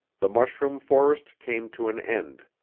the mushroom forest came to an end.